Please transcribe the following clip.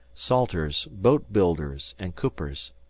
salters, boat-builders, and coopers,